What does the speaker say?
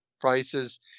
prices